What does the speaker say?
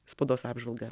spaudos apžvalgą